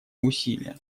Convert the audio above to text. усилия